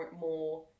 more